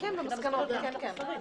(הישיבה נפסקה בשעה 14:55 ונתחדשה בשעה 15:00.)